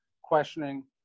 questioning